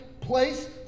place